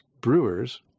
brewers